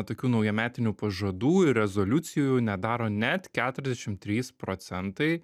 tokių naujametinių pažadų ir rezoliucijų nedaro net keturiasdešim trys procentai